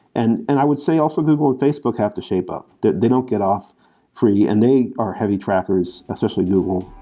and and i would say, also, google and facebook have to shape up. they they don't get off free, and they are heavy trackers, especially google,